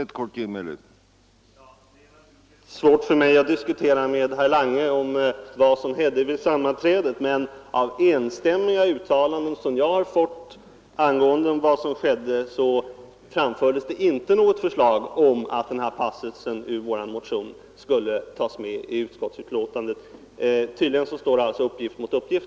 Herr talman! Det är naturligtvis svårt för mig att med herr Lange diskutera vad som hände vid sammanträdet. Men att döma av enstämmiga uttalanden som jag har fått om vad som skedde framfördes det inte något förslag om att denna passus ur vår motion skulle tas med i utskottsbetänkandet. Här står alltså uppgift mot uppgift.